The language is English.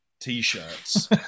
T-shirts